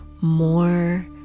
more